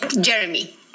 Jeremy